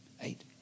eight